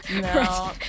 No